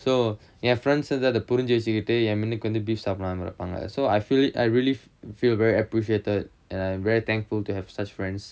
so என்:en friends இதட புரிஞ்சி வச்சுகிட்டு என் மின்னுக்கு வந்து:ithada purinji vachukittu en minnukku vanthu beef சாப்புடாம இருப்பாங்க:sappudama irupanga so I feel I really feel very appreciated and I'm really thankful to have such friends